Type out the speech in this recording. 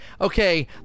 okay